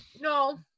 no